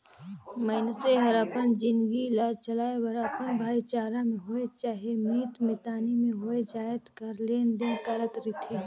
मइनसे हर अपन जिनगी ल चलाए बर अपन भाईचारा में होए चहे मीत मितानी में होए जाएत कर लेन देन करत रिथे